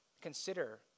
consider